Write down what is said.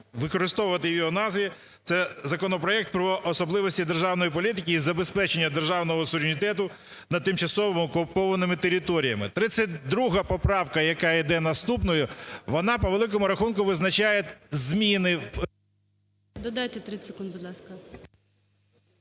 використовувати в його назві, це законопроект про особливості державної політики і забезпечення державного суверенітету над тимчасово-окупованими територіями. 32 поправка, яка іде наступною, вона по великому рахунку визначає зміни… ГОЛОВУЮЧИЙ. Додайте 30 секунд, будь ласка.